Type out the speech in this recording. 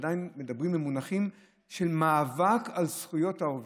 עדיין מדברים במונחים של מאבק על זכויות העובד.